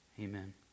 Amen